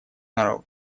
народы